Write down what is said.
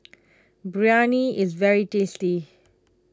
Biryani is very tasty